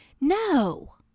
No